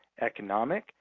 economic